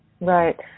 Right